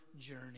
journey